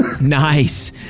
Nice